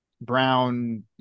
brown